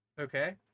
Okay